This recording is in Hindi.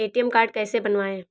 ए.टी.एम कार्ड कैसे बनवाएँ?